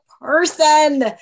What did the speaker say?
person